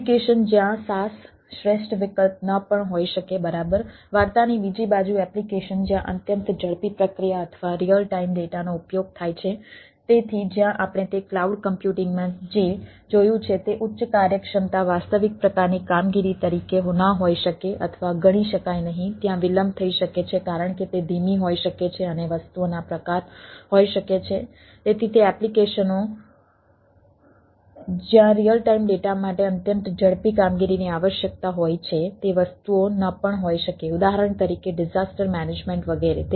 application જ્યાં SaaS શ્રેષ્ઠ વિકલ્પ ન પણ હોઈ શકે બરાબર વાર્તાની બીજી બાજુ એપ્લિકેશન જ્યાં અત્યંત ઝડપી પ્રક્રિયા અથવા રીઅલ ટાઇમ વગેરે